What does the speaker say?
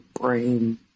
brain